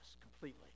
completely